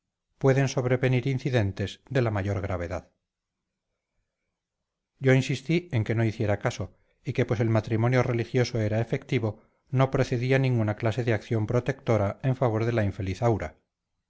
pueden sobrevenir incidentes de la mayor gravedad yo insistí en que no hiciera caso y que pues el matrimonio religioso era efectivo no procedía ninguna clase de acción protectora en favor de la infeliz aura